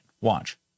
watch